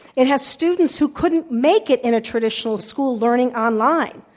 it has students who couldn't make it in a traditional school, learning online.